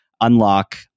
Unlock